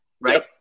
Right